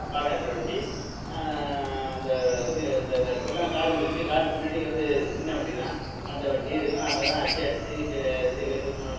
பானை ஏத்துகிற வண்டி அந்த சி இந்த ரு இப்போல்லாம் கார் வந்துடுச்சு காருக்கு முன்னாடி வந்து சின்ன வண்டி தான் அந்த வண்டி இதுக்கெல்லாம் அவங்க தான் அச்சு அடித்து ஜெ இது இது மோ